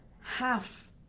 half